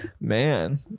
man